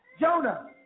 Jonah